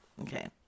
Okay